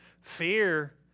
Fear